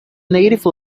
native